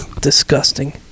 Disgusting